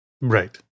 Right